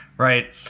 Right